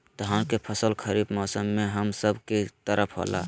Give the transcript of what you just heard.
धान के फसल खरीफ मौसम में हम सब के तरफ होला